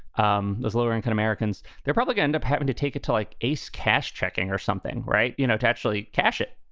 um there's lower income americans. they're probably end up having to take a to like ace cash checking or something. right. you know, to actually cash it.